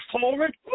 forward